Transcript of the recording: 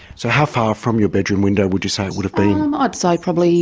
so how far from your bedroom window would you say it would have been? i'd say probably